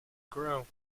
grow